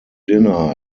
dinner